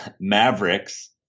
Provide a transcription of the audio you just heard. Mavericks